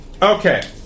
Okay